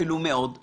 מאוד מאוד בעייתית.